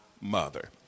mother